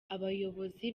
abayobozi